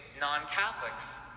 non-Catholics